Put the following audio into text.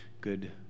good